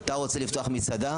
אתה רוצה לפתוח מסעדה?